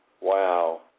Wow